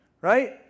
Right